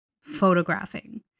photographing